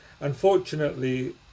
unfortunately